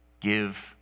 give